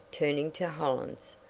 turning to hollins.